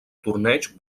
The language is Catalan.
torneig